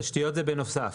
תשתיות זה בנוסף.